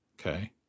okay